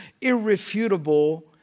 irrefutable